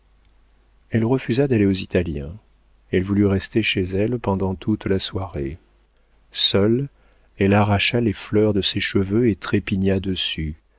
elle refusa d'aller aux italiens elle voulut rester chez elle pendant toute la soirée seule elle arracha les fleurs de ses cheveux et trépigna dessus